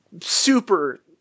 super